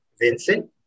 Vincent